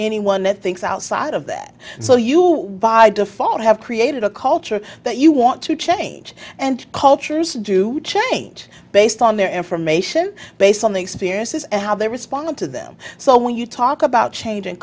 anyone that thinks outside of that so you wide default have created a culture that you want to change and cultures do change based on their information based on the experiences and how they respond to them so when you talk about chang